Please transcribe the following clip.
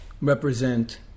represent